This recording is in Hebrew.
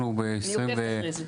אני עוקבת אחרי זה.